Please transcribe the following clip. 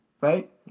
right